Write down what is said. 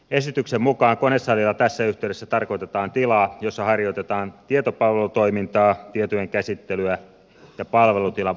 esityksen mukaan konesalilla tässä yhteydessä tarkoitetaan tilaa jossa harjoitetaan tietopalvelutoimintaa tietojenkäsittelyä ja palvelutilan vuokrausta